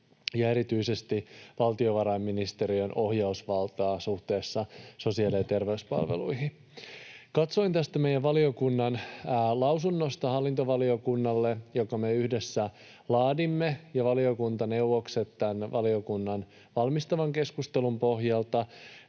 ja erityisesti valtiovarainministeriön ohjausvaltaa suhteessa sosiaali- ja terveyspalveluihin. Katsoin meidän valiokunnan lausunnosta hallintovaliokunnalle, jonka me yhdessä ja valiokuntaneuvokset laadimme valiokunnan valmistavan keskustelun pohjalta,